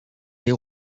les